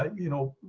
you know,